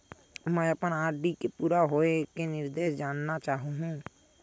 मैं अपन आर.डी के पूरा होये के निर्देश जानना चाहहु